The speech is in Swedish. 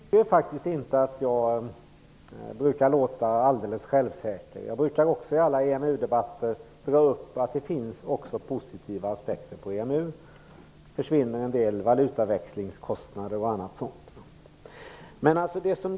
Herr talman! Jag tycker faktiskt inte att jag brukar låta alldeles självsäker. Jag brukar i alla EMU debatter ta upp att det också finns positiva aspekter på EMU. Det försvinner en del valutaväxlingskostnader och annat.